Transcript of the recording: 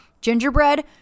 gingerbread